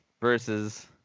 versus